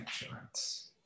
insurance